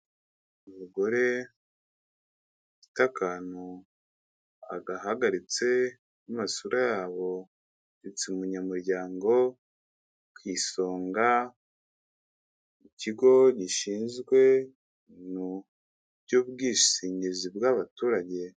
Umugore ufite akantu agahagaritse n'amasura yabo, ahetse umunyamuryango ku isonga, mu kigo gishinzwe iby'ubwishingizi bw'abaturage.